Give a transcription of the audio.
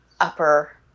upper